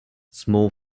small